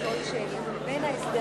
הסתייגויות 99 לסעיף 40(25). בעד ההסתייגות,